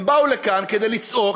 הם באו לכאן כדי לצעוק,